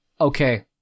okay